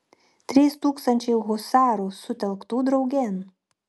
trys tūkstančiai husarų sutelktų draugėn